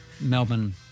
Melbourne